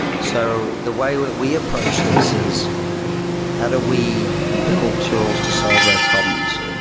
so the way we we approached this is how do we build tools to solve those problems.